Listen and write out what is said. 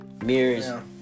mirrors